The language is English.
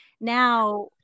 now